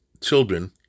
children